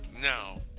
Now